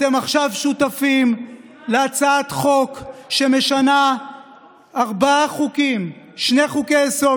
אתם עכשיו שותפים להצעת חוק שמשנה ארבעה חוקים: שני חוקי-יסוד,